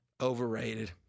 Overrated